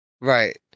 Right